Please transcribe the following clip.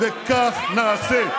וכך נעשה.